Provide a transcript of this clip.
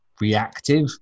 reactive